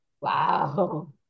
Wow